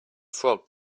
frog